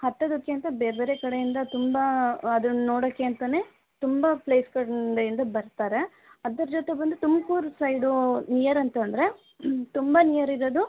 ಹತ್ತೋದಕ್ಕೆ ಅಂತ ಬೇರೆ ಬೇರೆ ಕಡೆಯಿಂದ ತುಂಬ ಅದನ್ನು ನೋಡೋಕ್ಕೆ ಅಂತನೇ ತುಂಬ ಪ್ಲೇಸ್ ಕಡೆಯಿಂದ ಬರ್ತಾರೆ ಅದರ ಜೊತೆ ಬಂದು ತುಮಕೂರ್ ಸೈಡು ನಿಯರ್ ಅಂತಂದರೆ ತುಂಬ ನಿಯರ್ ಇರೋದು